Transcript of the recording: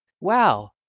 Wow